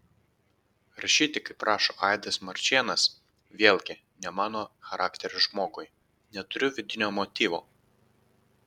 rašyti kaip rašo aidas marčėnas vėlgi ne mano charakterio žmogui neturiu vidinio motyvo